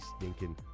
stinking